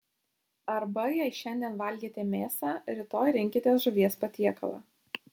arba jei šiandien valgėte mėsą rytoj rinkitės žuvies patiekalą